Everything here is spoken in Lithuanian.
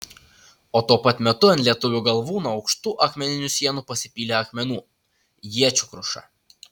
o tuo pat metu ant lietuvių galvų nuo aukštų akmeninių sienų pasipylė akmenų iečių kruša